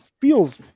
feels